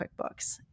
QuickBooks